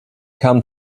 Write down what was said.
come